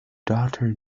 daughter